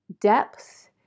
depth